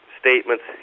statements